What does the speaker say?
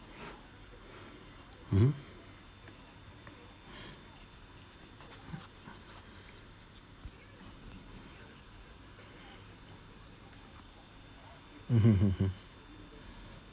mmhmm mmhmm hmm mm